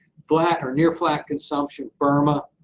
flat or near-flat consumption burma.